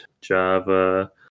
Java